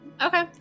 Okay